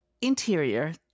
Interior